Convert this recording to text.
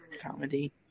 comedy